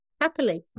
happily